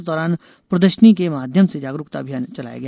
इस दौरान प्रदर्शनी के माध्यम से जागरूकता अभियान चलाया गया